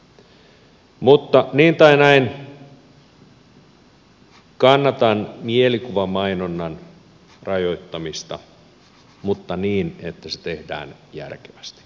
niin tai näin kannatan mielikuvamainonnan rajoittamista mutta niin että se tehdään järkevästi